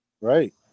Right